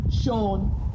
Sean